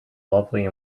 lovely